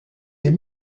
des